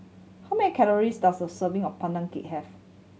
how many calories does a serving of Pandan Cake have